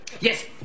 Yes